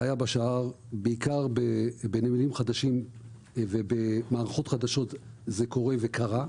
בעיקר בנמלים חדשים ובמערכות חדשות זה קורה וקרה,